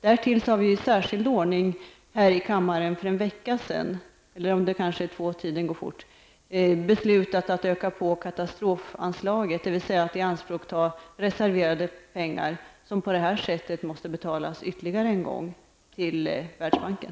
Därtill har vi i särskild ordning för en till två veckor sedan beslutat att öka på katastrofanslaget, dvs. ta i anspråk reserverade pengar som på grund av detta måste betalas ytterligare en gång till Världsbanken.